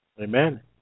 Amen